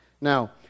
Now